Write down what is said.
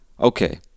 Okay